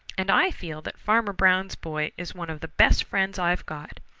and i feel that farmer brown's boy is one of the best friends i've got.